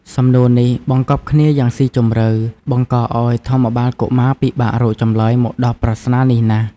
សំណួរនេះបង្កប់គ្នាយ៉ាងស៊ីជម្រៅ បង្កឱ្យធម្មបាលកុមារពិបាករកចម្លើយមកដោះប្រស្នានេះណាស់។